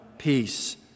peace